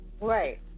Right